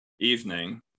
evening